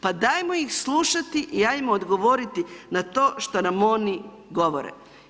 Pa ajmo ih slušati i ajmo odgovoriti na to što nam oni govore.